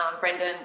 Brendan